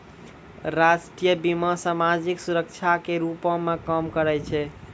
राष्ट्रीय बीमा, समाजिक सुरक्षा के रूपो मे काम करै छै